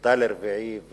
נדחתה לרביעי,